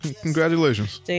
Congratulations